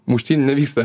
muštynių nevyksta